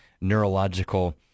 neurological